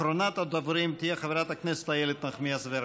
אחרונת הדוברים תהיה חברת הכנסת איילת נחמיאס ורבין.